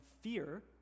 fear